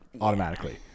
automatically